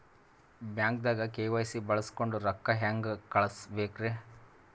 ಬ್ಯಾಂಕ್ದಾಗ ಕೆ.ವೈ.ಸಿ ಬಳಸ್ಕೊಂಡ್ ರೊಕ್ಕ ಹೆಂಗ್ ಕಳಸ್ ಬೇಕ್ರಿ?